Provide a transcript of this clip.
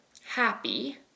happy